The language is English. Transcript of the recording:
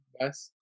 best